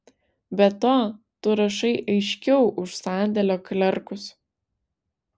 be to tu rašai aiškiau už sandėlio klerkus